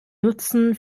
nutzen